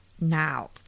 now